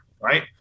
right